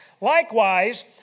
Likewise